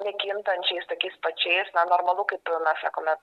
nekintančiais tokiais pačiais normalu kaip ir mes sakome